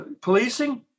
Policing